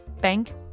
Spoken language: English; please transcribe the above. Bank